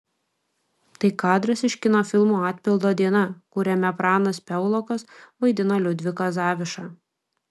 tai kadras iš kino filmo atpildo diena kuriame pranas piaulokas vaidino liudviką zavišą